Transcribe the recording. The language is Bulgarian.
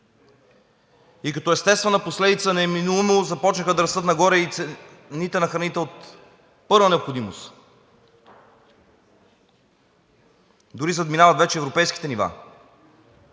И като естествена последица неминуемо започнаха да растат нагоре и цените на храните от първа необходимост. Дори задминават вече европейските нива.